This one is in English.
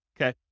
okay